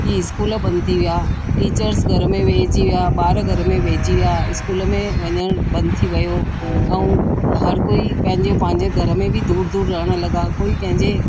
कि इस्कूल बंदि थी विया टीचर्स घर में वेही जी विया ॿार घर में वेही जी विया इस्कूल में वञण बंदु थी वियो ऐं हर कोई पंहिंजे पंहिंजे घर में बि दूर दूर रहण लॻा कोई कंहिंजे